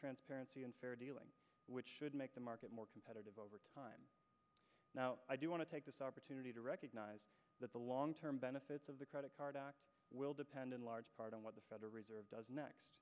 transparency which should make the market more competitive over time now i do want to take this opportunity to recognize that the long term benefits of the credit card act will depend in large part on what the federal reserve does next